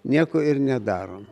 nieko ir nedarom